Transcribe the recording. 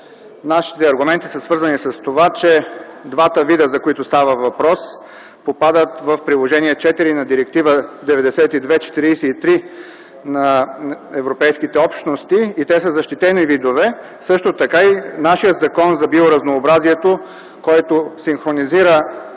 Нашите аргументи са свързани с това, че двата вида, за които става въпрос, попадат в Приложение № 4 на Директива 92/43 на европейските общности и те са защитени видове. Също така нашият Закон за биоразнообразието, който синхронизира